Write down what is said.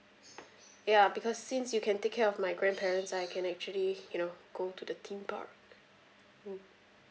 ya because since you can take care of my grandparents I can actually you know go to the theme park mm